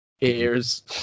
ears